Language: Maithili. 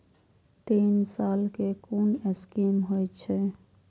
तीन साल कै कुन स्कीम होय छै?